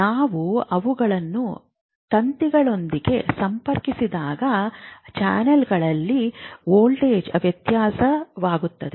ನಾವು ಅವುಗಳನ್ನು ತಂತಿಗಳೊಂದಿಗೆ ಸಂಪರ್ಕಿಸಿದಾಗ ಚಾನಲ್ನಲ್ಲಿ ವೋಲ್ಟೇಜ್ ವ್ಯತ್ಯಾಸವಿದೆ